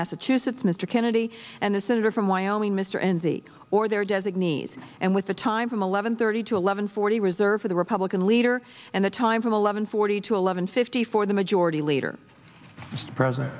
massachusetts mr kennedy and the senator from wyoming mr enzi or their designees and with the time from eleven thirty to eleven forty reserved for the republican leader and the time from eleven forty to eleven fifty four the majority leader the president